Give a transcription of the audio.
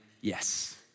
yes